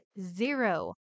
zero